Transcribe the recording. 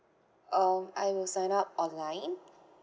um I will sign up online